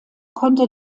konnte